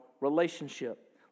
relationship